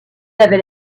avait